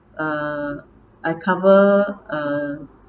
uh I cover uh